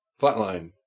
Flatline